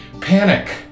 panic